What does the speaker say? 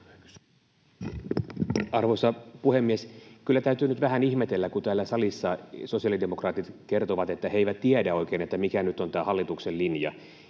Arvoisa puhemies! Kyllä täytyy nyt vähän ihmetellä, kun täällä salissa sosiaalidemokraatit kertovat, että he eivät tiedä oikein, mikä nyt on tämä hallituksen linja,